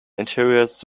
interiors